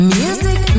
music